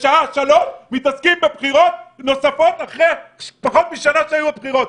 בשעה שלוש מתעסקים בבחירות נוספות אחרי פחות משנה שבה היו בחירות.